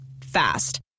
Fast